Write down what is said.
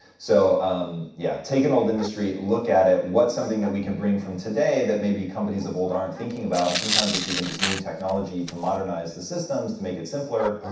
so um yeah, take an old industry, look at it, what's something that we bring from today that maybe companies of old aren't thinking about? and sometimes it's even just new technology to modernize the systems, to make it simpler.